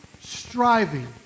striving